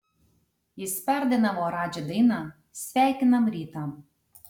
jis perdainavo radži dainą sveikinam rytą